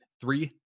three